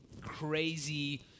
crazy